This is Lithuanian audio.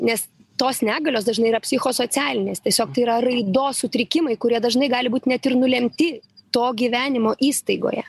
nes tos negalios dažnai yra psichosocialinės tiesiog tai yra raidos sutrikimai kurie dažnai gali net ir nulemti to gyvenimo įstaigoje